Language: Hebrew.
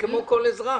כמו כל אזרח,